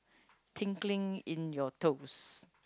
tingling in your toes